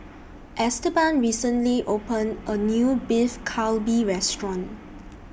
Esteban recently opened A New Beef Galbi Restaurant